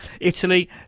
Italy